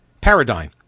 paradigm